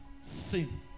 sin